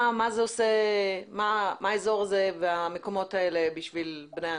מה האזור הזה והמקומות האלה בשביל בני הנוער.